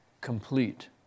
complete